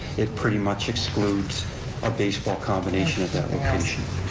it pretty much excludes a baseball combination at that location.